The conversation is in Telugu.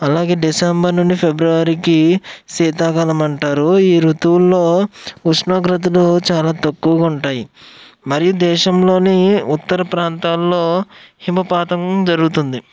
అలాగే డిసెంబర్ నుండి ఫిబ్రవరికి శీతాకాలమంటారు ఈ ఋతువుల్లో ఉష్ణోగ్రతలు చాలా తక్కువగా ఉంటాయి మరియు దేశంలోని ఉత్తర ప్రాంతాల్లో హిమపాతం జరుగుతుంది